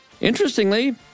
Interestingly